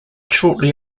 shortly